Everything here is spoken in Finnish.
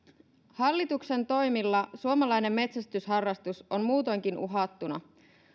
hallituksen toimilla suomalainen metsästysharrastus on muutoinkin uhattuna